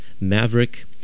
Maverick